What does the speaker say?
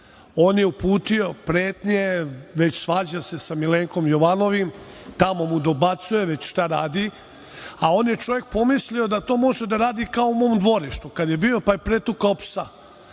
On je uputio pretnje, svađa se sa Milenkom Jovanovim, tamo mu dobacuju, već šta radi. On je čovek pomislio da to može da radi kao u mom dvorištu kada je bio, pa je pretukao psa. Ja